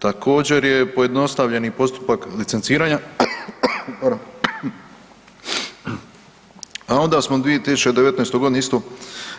Također je pojednostavljen i postupak licenciranja, a onda smo u 2019.g. isto